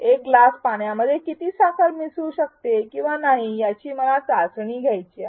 एक ग्लास पाण्यामध्ये किती साखर मिसळू शकते किंवा नाही याची मला चाचणी घ्यायची आहे